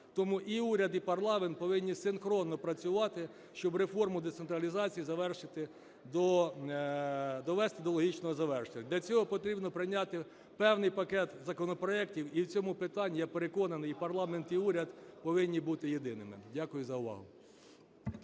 тому і уряд, і парламент повинні синхронно працювати, щоб реформу децентралізації завершити до… довести до логічного завершення. Для цього потрібно прийняти певний пакет законопроектів, і в цьому питанні, я переконаний, парламент і уряд повинні бути єдиними. Дякую за увагу.